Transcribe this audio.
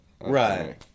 Right